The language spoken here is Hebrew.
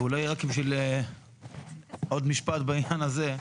ואולי רק עוד משפט בעניין הזה.